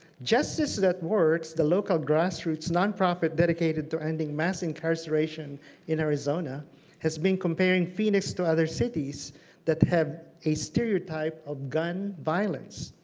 justice that works, the local grassroots nonprofit dedicated to ending mass incarceration in arizona has been comparing phoenix to other cities that have a stereotype of gun violence.